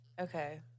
Okay